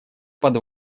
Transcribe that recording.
под